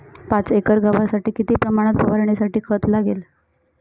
पाच एकर गव्हासाठी किती प्रमाणात फवारणीसाठी खत लागेल?